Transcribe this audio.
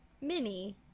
mini